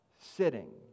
Sitting